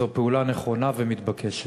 הוא פעולה נכונה ומתבקשת.